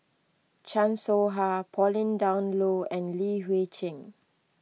Chan Soh Ha Pauline Dawn Loh and Li Hui Cheng